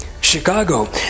Chicago